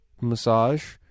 massage